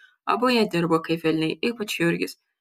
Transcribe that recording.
abu jie dirbo kaip velniai ypač jurgis